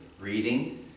reading